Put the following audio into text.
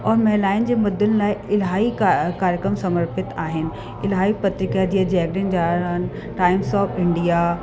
और महिलाऊं जे मुद्दनि लाइ इलाही का कार्यक्रम समर्पित आहिनि इलाही पत्रिका जीअं Dainik Jagran Times of India